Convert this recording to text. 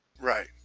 Right